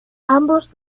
ambos